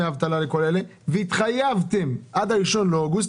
האבטלה לכל אלה והתחייבתם עד ה-1 באוגוסט.